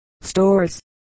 stores